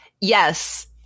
yes